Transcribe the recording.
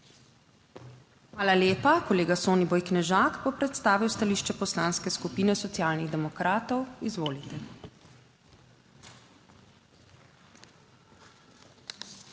Hvala lepa. Kolega Soniboj Knežak bo predstavil stališče Poslanske skupine Socialnih demokratov. Izvolite. **SONIBOJ